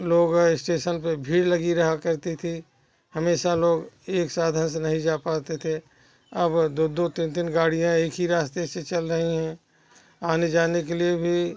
लोग स्टेशन पर भीड़ लगी रहा करती थी हमेशा लोग एक साधन से नहीं जा पाते थे अब दो दो तीन तीन गाड़ियाँ एक ही रास्ते से चल रहीं हैं आने जाने के लिए भी